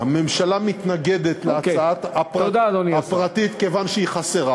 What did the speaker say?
הממשלה מתנגדת להצעת החוק הפרטית מכיוון שהיא חסרה.